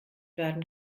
werden